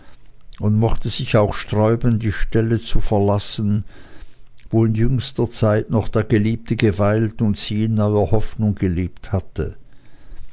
und mochte sich auch sträuben die stelle zu verlassen wo in jüngster zeit noch der geliebte geweilt und sie in neuer hoffnung gelebt hatte